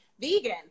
vegan